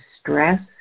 stress